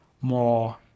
more